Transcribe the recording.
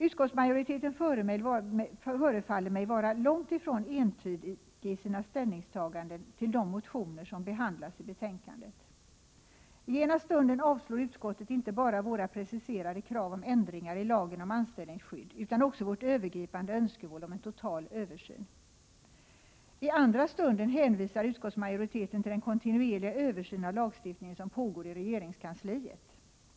Utskottsmajoriteten förefaller mig vara långt ifrån entydig i sina ställningstaganden till de motioner som behandlas i betänkandet. I ena stunden avstyrker utskottet inte bara våra preciserade krav på ändringar i lagen om anställningsskydd utan också vårt övergripande önskemål om en total översyn. I andra stunden hänvisar utskottsmajoriteten till den kontinuerliga översyn av lagstiftningen som pågår i regeringskansliet.